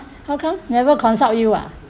how come never consult you ah